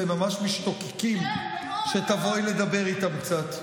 והם ממש משתוקקים שתבואי לדבר איתם קצת.